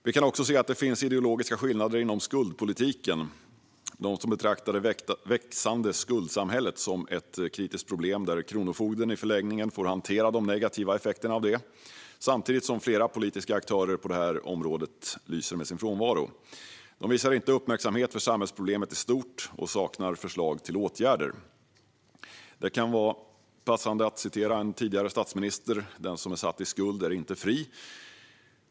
Vi kan också se att det finns ideologiska skillnader inom skuldpolitiken. De som betraktar det växande skuldsamhället som ett kritiskt problem där Kronofogden i förlängningen får hantera de negativa effekterna av det - samtidigt som flera politiska aktörer på detta område lyser med sin frånvaro - visar inte uppmärksamhet för samhällsproblemet i stort och saknar förslag till åtgärder. Det kan vara passande att referera till ett uttryck som en tidigare statsminister använde: "Den som är satt i skuld är icke fri."